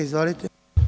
Izvolite.